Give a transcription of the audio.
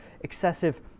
excessive